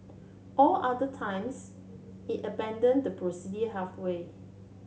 all other times it abandon the procedure halfway